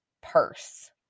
purse